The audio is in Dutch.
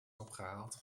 opgehaald